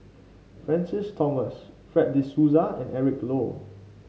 Francis Thomas Fred De Souza and Eric Low